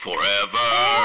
Forever